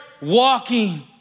walking